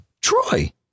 Troy